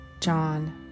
John